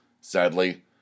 sadly